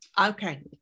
Okay